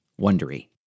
Wondery